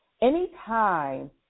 Anytime